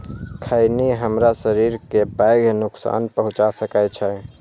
खैनी हमरा शरीर कें पैघ नुकसान पहुंचा सकै छै